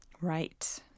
Right